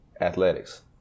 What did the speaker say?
athletics